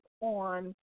on